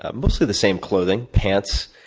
ah mostly the same clothing. pants,